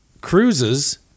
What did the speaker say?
cruises